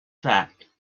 fact